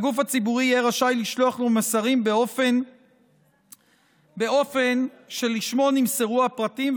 הגוף הציבורי יהיה רשאי לשלוח מסרים באופן שלשמו נמסרו הפרטים,